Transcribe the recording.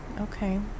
Okay